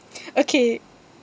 okay